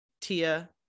Tia